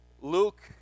Luke